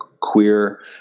queer